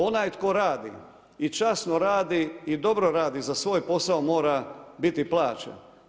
Onaj tko radi i časno radi i dobro radi za svoj posao mora biti plaćen.